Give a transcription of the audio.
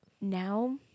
now